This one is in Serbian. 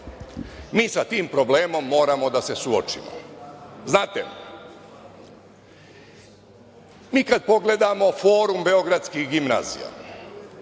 Mi sa tim problemom moramo da se suočimo. Znate, mi kada pogledamo Forum beogradskih gimnazija,